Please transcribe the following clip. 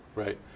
Right